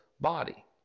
body